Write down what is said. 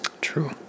True